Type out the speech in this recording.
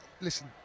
Listen